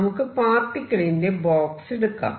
നമുക്ക് particle in a box എടുക്കാം